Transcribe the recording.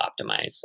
optimize